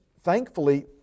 thankfully